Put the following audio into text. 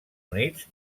units